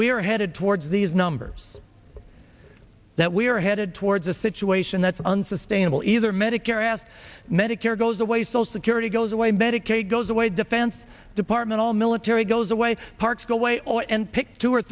are headed towards these numbers that we are headed towards a situation that's unsustainable either medicare asked medicare goes away so security goes away medicaid goes away defense department all military goes away parks go away or and pick two or